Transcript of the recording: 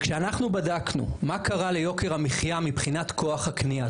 וכשאנחנו בדקנו מה קרה ליוקר המחייה מבחינת כוח הקנייה,